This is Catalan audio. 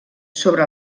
sobre